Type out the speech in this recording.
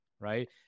right